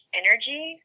energy